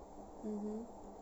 mmhmm